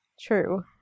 True